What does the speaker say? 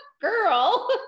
girl